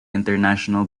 international